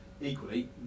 equally